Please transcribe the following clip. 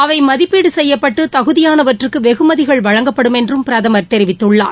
அவை மதிப்பீடு செய்யப்பட்டு தகுதியானவற்றுக்கு வெகுமதிகள் வழங்கப்படும் என்றும் பிரதமர் தெரிவித்துள்ளார்